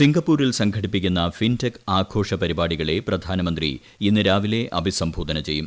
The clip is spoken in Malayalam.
സിംഗപ്പൂരിൽ സംഘടിപ്പിക്കുന്ന ഫിൻടെക് ആഘോഷ പരിപാടികളെ പ്രധ്താനമന്ത്രി ഇന്ന് രാവിലെ അഭിസംബോധന ചെയ്യും